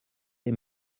des